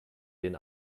den